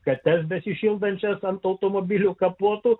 kates besišildančią ant automobilio kapoto